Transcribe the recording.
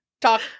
talk